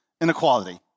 inequality